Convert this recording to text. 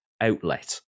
outlet